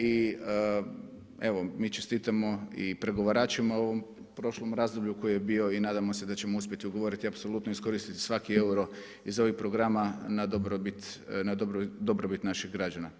I evo, mi čestitamo i pregovaračima u ovom prošlom razdoblju koji je bio i nadamo se ćemo uspjeti ugovoriti i apsolutno iskoristiti svaki euro iz ovih programa na dobrobit naših građana.